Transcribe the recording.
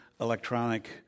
electronic